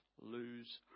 lose